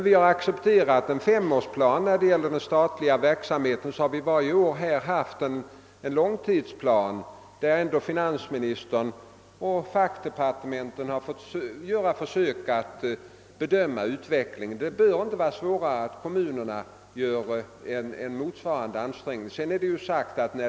Vi har accepterat en femårsplan för den statliga verksamheten och varje år har vi tagit del av denna långtidsplan varvid finansministern och fackdepartementen fått göra försök att bedöma utvecklingen. Det bör inte vara svårare för kommunerna att göra en motsvarande bedömning.